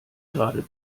gerade